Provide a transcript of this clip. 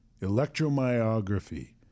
Electromyography